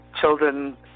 children